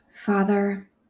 Father